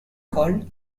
called